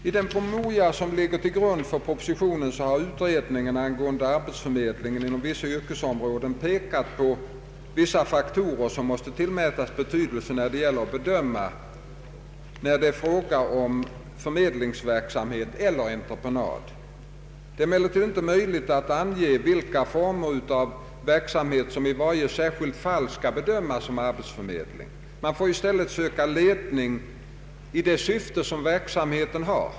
I den promemoria som ligger till grund för propositionen har utredningen angående arbetsförmedlingen inom vissa yrkesområden pekat på några faktorer som måste tillmätas betydelse då det gäller att bedöma när det är fråga om förmedlingsverksamhet eller entreprenad. Det är emellertid inte möjligt att ange vilka former av verksamhet som i varje särskilt fall skall bedömas som arbetsförmedling. Man får i stället söka ledning i det syfte verksamheten har.